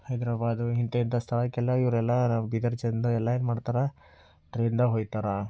ಹೈದ್ರಾಬಾದ್ ಇಂಥ ಇಂಥ ಸ್ಥಳಕ್ಕೆಲ್ಲ ಇವ್ರೆಲ್ಲ ನಾವು ಬೀದರ್ ಜನರೆಲ್ಲ ಏನು ಮಾಡ್ತಾರೆ ಟ್ರೈನ್ದಾಗ ಹೋಗ್ತಾರೆ